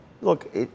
Look